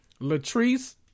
Latrice